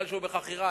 כי הוא בחכירה.